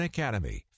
Academy